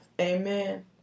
Amen